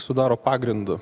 sudaro pagrindu